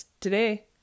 today